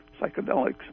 psychedelics